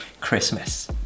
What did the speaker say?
Christmas